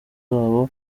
babo